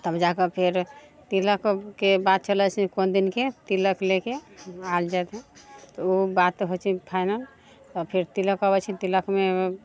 तब जाके फेर तिलकके बात चलै छै कोन दिनके तिलक लेके आयल जेतै तऽ ओ बात होइ छै फाइनल तऽ फेर तिलक अबै छै तिलकमे